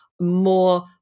more